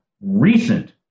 recent